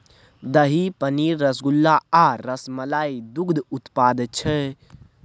दही, पनीर, रसगुल्ला आ रसमलाई दुग्ध उत्पाद छै